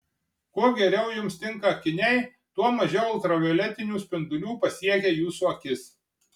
kuo geriau jums tinka akiniai tuo mažiau ultravioletinių spindulių pasiekia jūsų akis